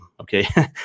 okay